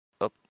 up